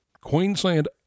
Queensland